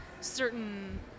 certain